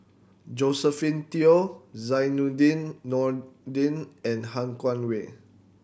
Josephine Teo Zainudin Nordin and Han Guangwei